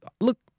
look